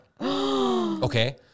okay